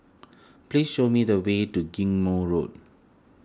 please show me the way to Ghim Moh Road